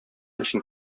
өчен